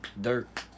Dirt